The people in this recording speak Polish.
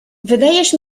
wydajesz